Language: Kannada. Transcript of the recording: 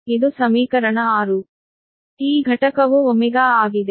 ಈ ಘಟಕವು Ω ಆಗಿದೆ